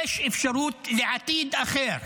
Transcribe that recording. יש אפשרות לעתיד אחר.